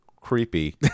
creepy